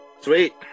Sweet